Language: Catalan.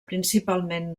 principalment